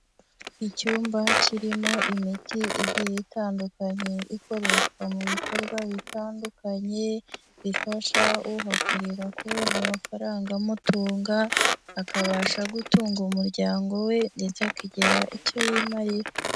Icyumba kirimo imiti igiye itandukanye ikoreshwa mu bikorwa bitandukanye, bifasha uhakorera kubona amafaranga amutunga, akabasha gutunga umuryango we ndetse akigira icyo yimarira.